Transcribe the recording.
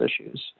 issues